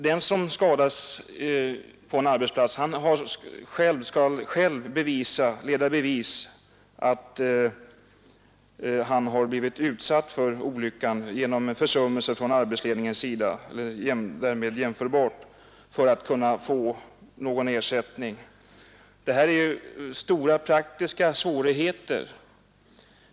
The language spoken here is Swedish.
Den som skadas på en arbetsplats skall själv leda i bevis att han har blivit utsatt för olyckan genom försummelse från arbetsledningens sida för att kunna få någon ersättning. Det innebär stora praktiska svårigheter.